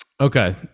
Okay